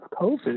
COVID